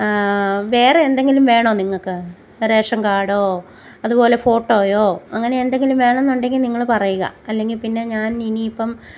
വേറെ എന്തെങ്കിലും വേണോ നിങ്ങൾക്ക് റേഷൻ കാർഡോ അതുപോലെ ഫോട്ടോയോ അങ്ങനെ എന്തെങ്കിലും വേണമെന്നുണ്ടെങ്കിൽ നിങ്ങള് പറയുക അല്ലെങ്കിൽ പിന്നെ ഞാൻ ഇനിയിപ്പം